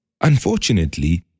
Unfortunately